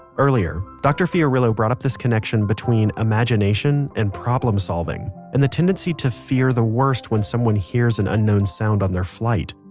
earlier, dr. fiorillo brought up this connection between imagination and problem solving, and the tendency to fear the worst when someone hears an unknown sound on their flight.